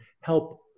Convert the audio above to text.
help